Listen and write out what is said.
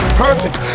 perfect